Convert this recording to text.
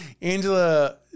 Angela